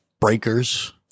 Breakers